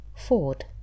Ford